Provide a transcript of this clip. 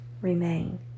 Remain